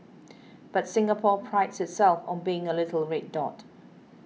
but Singapore prides itself on being a little red dot